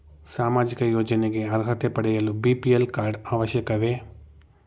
ಸಾಮಾಜಿಕ ಯೋಜನೆಗೆ ಅರ್ಹತೆ ಪಡೆಯಲು ಬಿ.ಪಿ.ಎಲ್ ಕಾರ್ಡ್ ಅವಶ್ಯಕವೇ?